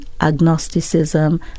agnosticism